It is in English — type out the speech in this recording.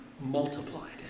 Multiplied